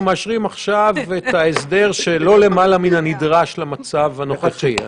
כי אנחנו מאשרים עכשיו הסדר שהוא לא למעלה מהנדרש במצב הנוכחי.